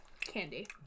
candy